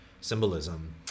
symbolism